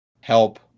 help